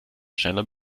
schneller